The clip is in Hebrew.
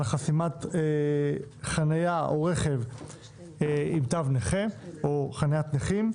חסימת חנייה או רכב עם תו נכה או חניית נכים.